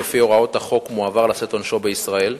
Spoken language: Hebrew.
ולפי הוראות החוק מועבר לשאת עונשו בישראל,